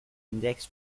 index